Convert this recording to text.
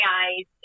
eyes